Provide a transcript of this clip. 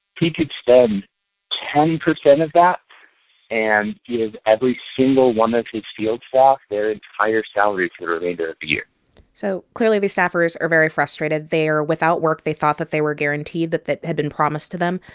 he could spend ten percent of that and give every single one of his field staff their entire salaries for the remainder of the year so clearly, these staffers are very frustrated. they're without work they thought that they were guaranteed, that that had been promised to them.